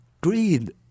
Greed